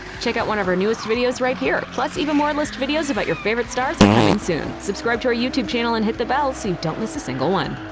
check out one of our newest videos right here! plus, even more list videos about your favorite stars are coming soon. subscribe to our youtube channel and hit the bell so you don't miss a single one.